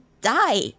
die